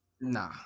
Nah